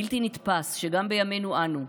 בלתי נתפס שגם בימינו אנו,